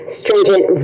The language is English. stringent